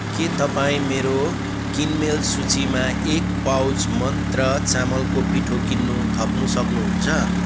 के तपाईँ मेरो किनमेल सूचीमा एक पाउच मन्त्रा चामलको पिठो किन्नु थप्न सक्नुहुन्छ